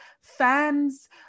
fans